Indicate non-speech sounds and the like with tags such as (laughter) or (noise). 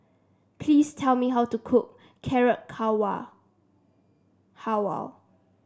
please tell me how to cook Carrot Halwa (unintelligible)